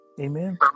Amen